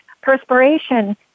perspiration